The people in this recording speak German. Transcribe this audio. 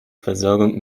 versorgung